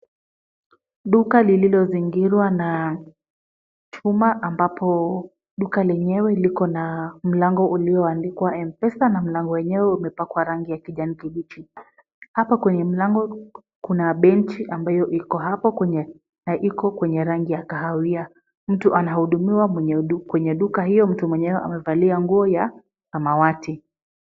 Duka lililozingirwa na chuma ambapo duka lenyewe liko na mlango ulioandikwa M-Pesa na mlango wenyewe umepakwa rangi ya kijani kibichi. Hapa kwenye mlango kuna benchi ambayo iko hapo na iko kwenye rangi ya kahawia. Mtu anahudumiwa kwenye duka hiyo, mtu mwenyewe amevalia nguo ya samawati.